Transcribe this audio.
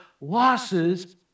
losses